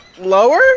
Lower